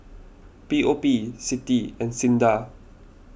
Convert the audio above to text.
P O P Citi and Sinda